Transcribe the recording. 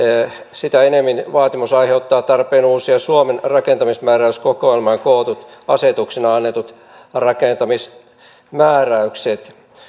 sitä enemmän vaatimus aiheuttaa tarpeen uusia suomen rakentamismääräyskokoelmaan kootut asetuksina annetut rakentamismääräykset